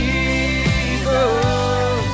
Jesus